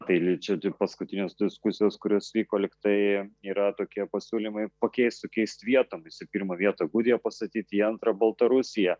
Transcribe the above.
tai čia paskutinės diskusijos kurios vyko lyg tai yra tokie pasiūlymai pakeist sukeisti vietomis į pirmą vietą gudiją pastatyti į antrą baltarusiją